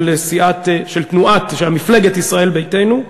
של מפלגת ישראל ביתנו.